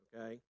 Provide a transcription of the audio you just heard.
okay